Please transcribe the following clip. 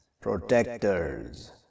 protectors